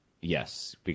yes